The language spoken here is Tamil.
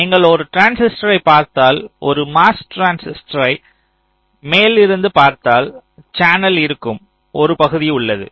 நீங்கள் ஒரு டிரான்சிஸ்டரைப் பார்த்தால் ஒரு MOS டிரான்சிஸ்டரை மேல் இருந்து பார்த்தால் சேனல் இருக்கும் ஒரு பகுதி உள்ளது